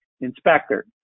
inspector